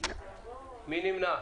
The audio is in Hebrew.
מי נמנע?